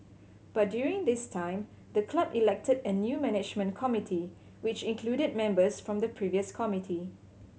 but during this time the club elected a new management committee which included members from the previous committee